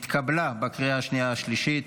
התקבלה בקריאה השנייה והשלישית,